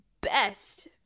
best